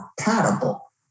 compatible